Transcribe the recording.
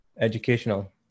educational